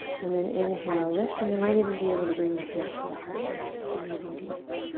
and then inhale, lift. and you might even be able to bring the hands to the heart here. breathing deep.